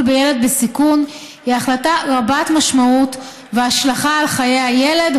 בילד בסיכון היא החלטה רבת-משמעות והשלכה על חיי הילד,